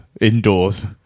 indoors